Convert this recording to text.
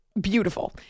beautiful